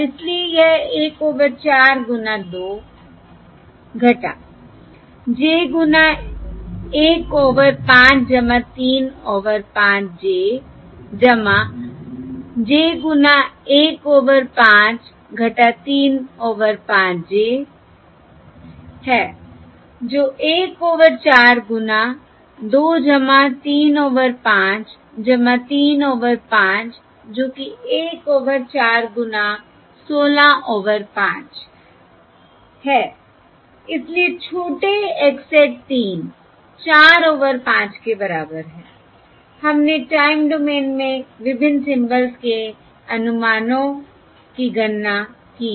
और इसलिए यह 1 ओवर 4 गुना 2 j गुना 1 ओवर 5 3 ओवर 5 j j गुना 1 ओवर 5 3 ओवर 5 j है जो 1 ओवर 4 गुणा 2 3 ओवर 5 3 ओवर 5 जो कि 1 ओवर 4 गुणा 16 ओवर 5 है इसलिए छोटे x hat 3 4 ओवर 5 के बराबर है हमने टाइम डोमेन में विभिन्न सिम्बल्स के अनुमानों की गणना की है